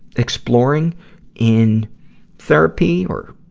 exploring in therapy or,